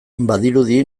badirudi